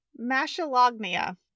Mashalognia